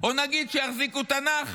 או נגיד שיחזיקו תנ"ך